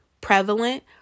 prevalent